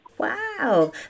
Wow